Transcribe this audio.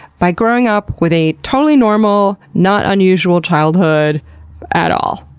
by growing up with a totally normal, not unusual childhood at all.